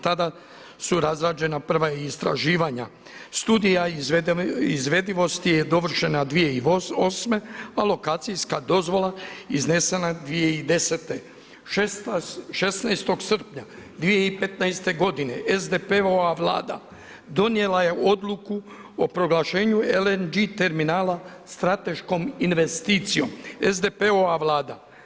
Tada su razrađena prva istraživanja. studija izvedivosti je dovršena 2008., a lokacijska dozvola iznesena 2010. 16. srpnja 2015. godine SDP-ova Vlada donijela je odluku o proglašenju LNG terminala strateškom investicijom, SDP-ova Vlada.